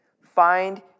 Find